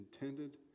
intended